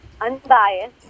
unbiased